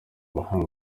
bahanga